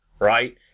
right